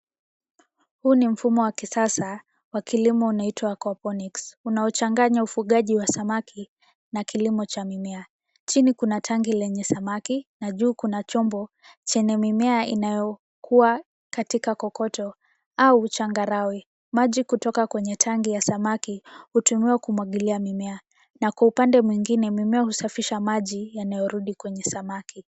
Huu ni ukulima wa kisasa unaoitwa aquaponics unaochanganya ufugaji wa samaki na kilimo cha mimea. Chini kuna tangi lenye samaki, na juu kuna chombo chenye mimea inayokua katika kokoto au changarawe. Maji kutoka kwenye tangi ya samaki, hutumiwa kumwagilia mimea na kwa upande mwingine mimea husafisha maji yanayorudi kwenye samaki.